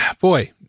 Boy